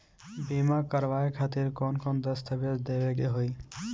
बीमा करवाए खातिर कौन कौन दस्तावेज़ देवे के होई?